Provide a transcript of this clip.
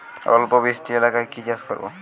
অল্প বৃষ্টি এলাকায় কি চাষ করব?